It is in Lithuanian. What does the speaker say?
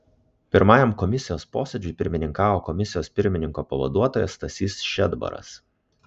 pirmajam komisijos posėdžiui pirmininkavo komisijos pirmininko pavaduotojas stasys šedbaras